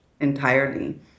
entirely